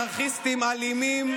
חבורה של אנרכיסטים אלימים,